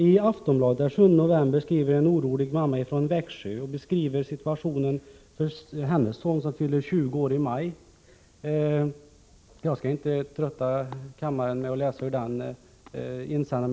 I Aftonbladet den 7 november beskriver en orolig mamma från Växjö situationen för sin son, som fyller 20 år i maj. Jag skall inte trötta kammaren med att läsa ur den insändaren.